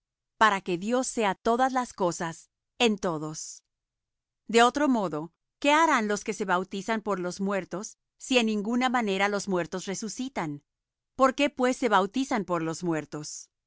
para que dios sea todas las cosas en todos de otro modo qué harán los que se bautizan por los muertos si en ninguna manera los muertos resucitan por qué pues se bautizan por los muertos